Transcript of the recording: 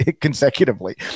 consecutively